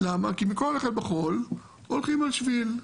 כי במקום על חול הולכים על שביל.